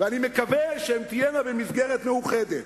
ואני מקווה שהן תהיינה במסגרת מאוחדת,